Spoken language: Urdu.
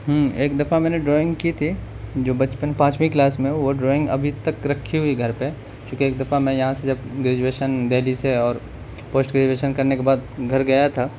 ایک دفعہ میں نے ڈرائنگ کی تھی جو بچپن پانچویں کلاس میں وہ ڈرائنگ ابھی تک رکھی ہوئی گھر پہ چونکہ ایک دفعہ میں یہاں سے جب گریجویشن دہلی سے اور پوسٹ گریجویشن کرنے کے بعد گھر گیا تھا